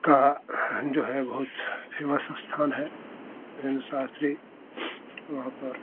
का जो है बहुत निवास स्थान है धीरेंद्र शास्त्री वहाँ पर